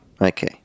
Okay